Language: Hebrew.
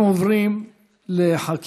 אנחנו עוברים לחקיקה.